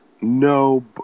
No